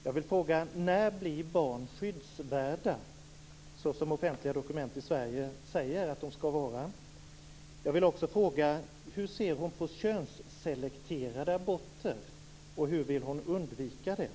Jag vill fråga: När blir barn skyddsvärda, så som offentliga dokument i Sverige säger att de skall vara?